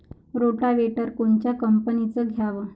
Rotavator कोनच्या कंपनीचं घ्यावं?